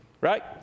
right